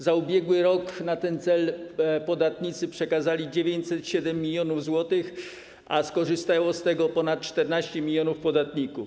Za ubiegły rok na ten cel podatnicy przekazali 907 mln zł, a skorzystało z tego ponad 14 mln podatników.